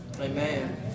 Amen